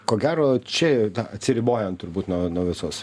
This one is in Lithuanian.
ko gero čia atsiribojant turbūt nuo nuo visos